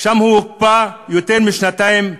שם הוא הוקפא יותר משנתיים,